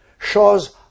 shows